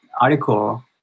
article